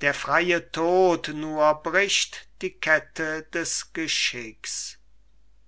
der freie tod nur bricht die kette des geschicks